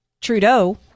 Trudeau